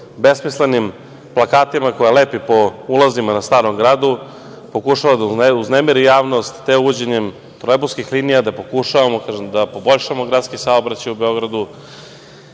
besmislenim plakatima koje lepi po ulazima na Starom gradu, pokušava da uznemiri javnost, te uvođenjem trolejbuskih linija, gde pokušavamo da poboljšavamo gradski saobraćaj u Beogradu,